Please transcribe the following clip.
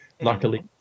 luckily